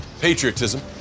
Patriotism